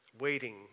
waiting